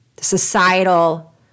societal